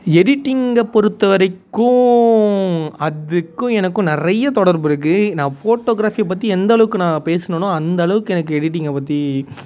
எடிட்டிங்கைப் பொறுத்த வரைக்கும் அதுக்கும் எனக்கும் நிறைய தொடர்பு இருக்குது நான் ஃபோட்டோகிராஃபியை பற்றி எந்தளவுக்கு நான் பேசினனோ அந்தளவுக்கு எனக்கு எடிட்டிங்கை பற்றி